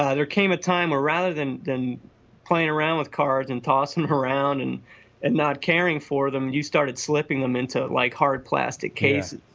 ah there came a time where rather than than playing around with cards and tossing around and and not caring for them, you started slipping them into like hard plastic cases.